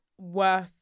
worth